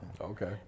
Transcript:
Okay